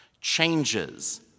changes